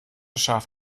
schaf